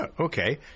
Okay